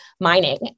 mining